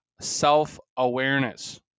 self-awareness